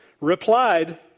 replied